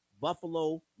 Buffalo